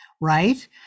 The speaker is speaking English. right